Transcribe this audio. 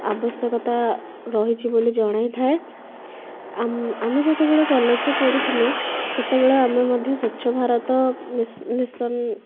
ଆବଶ୍ୟକତା ରହିଛି ବୋଲି ଜଣାଇଥାଏ ଆମେ ଯେତେବେଳେ କଲେଜରେ ପଢ଼ୁଥିଲୁ ସେତେବେଳେ ଆମେ ମଧ୍ୟ ସ୍ୱଚ୍ଛ ଭାରତ ମିଶନ